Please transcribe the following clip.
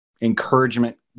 encouragement